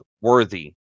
worthy